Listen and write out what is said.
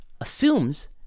assumes